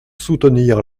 soutenir